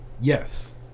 Yes